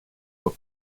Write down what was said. aux